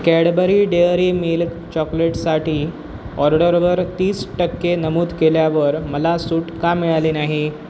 Cadbury dairy milk चॉकलेटसाठी ऑर्डरवर तीस टक्के नमूद केल्यावर मला सूट का मिळाली नाही